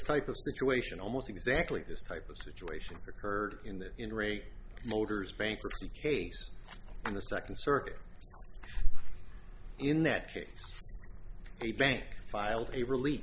type of situation almost exactly this type of situation occurred in the in rate motors bankruptcy case and the second circuit in that case a bank filed a rel